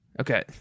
Okay